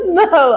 no